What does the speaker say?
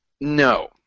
No